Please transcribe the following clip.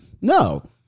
no